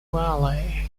valley